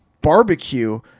barbecue